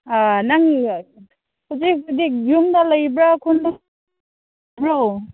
ꯑꯥ ꯅꯪ ꯍꯧꯖꯤꯛ ꯍꯧꯖꯤꯛ ꯌꯨꯝꯗ ꯂꯩꯕ꯭ꯔꯥ ꯈꯨꯟꯗ ꯂꯩꯕ꯭ꯔꯣ